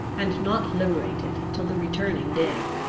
and not liberated till the returning day.